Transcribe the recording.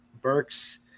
burks